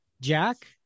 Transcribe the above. Jack